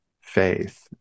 faith